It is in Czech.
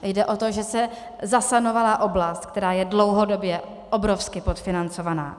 Jde o to, že se zasanovala oblast, která je dlouhodobě obrovsky podfinancovaná.